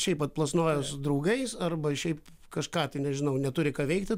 šiaip atplasnoja su draugais arba šiaip kažką tai nežinau neturi ką veikti